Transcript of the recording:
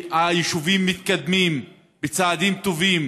והיישובים מתקדמים בצעדים טובים